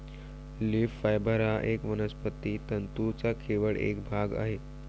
leaf fibre हा वनस्पती तंतूंचा केवळ एक भाग आहे